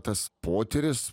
tas potyris